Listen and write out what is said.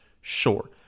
Sure